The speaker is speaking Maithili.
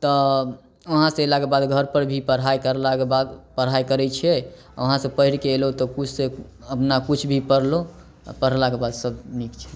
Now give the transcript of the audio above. तऽ वहाँ से अयलाके बाद घर पर भी पढ़ाइ करलाके बाद पढ़ाइ करै छिअय वहाँसे पैढ़ के एलौं तऽ कुछ से अपना कुछ भी पढ़लौं आ पढ़लाके बाद सब नीक छै